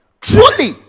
truly